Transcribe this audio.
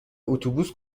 اتوبوس